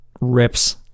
rips